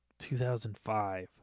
2005